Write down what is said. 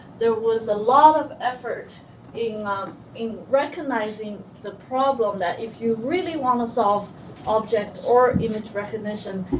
there was a lot of effort in in recognizing the problem that if you really want to solve object or image recognition,